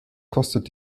kostet